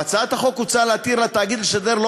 בהצעת החוק הוצע להתיר לתאגיד לשדר לא